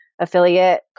affiliate